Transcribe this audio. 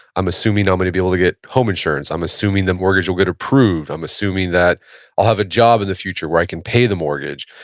i'm assuming i'm going to be able to get home insurance. i'm assuming the mortgage will get approved. i'm assuming that i'll have a job in the future where i can pay the mortgage.